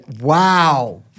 Wow